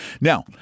Now